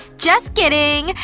just kidding!